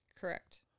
Correct